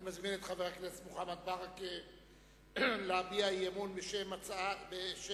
אני מזמין את חבר הכנסת מוחמד ברכה להביע אי-אמון בשם סיעת